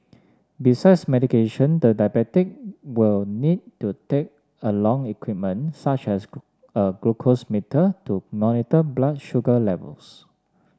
besides medication the diabetic will need to take along equipment such as a glucose meter to monitor blood sugar levels